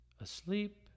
asleep